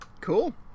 Cool